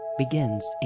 Begins